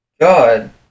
God